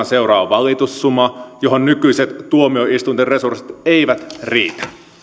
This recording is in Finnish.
seuraa valitussuma johon nykyiset tuomioistuinten resurssit eivät riitä